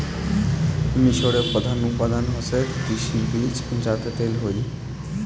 মিশরে প্রধান উৎপাদন হসে তিসির বীজ যাতে তেল হই